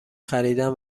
خریدن